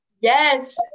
Yes